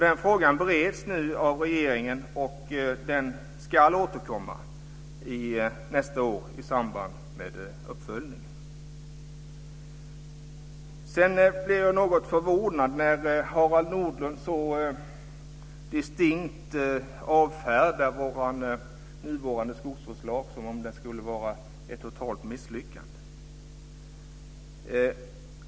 Den bereds nu av regeringen, och den ska återkomma nästa år i samband med uppföljningen. Jag blir något förvånad när Harald Nordlund så distinkt avfärdar vår nuvarande skogsvårdslag som om den skulle vara ett totalt misslyckande.